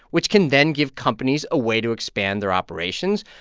which can then give companies a way to expand their operations,